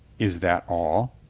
is that all?